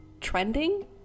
trending